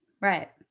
Right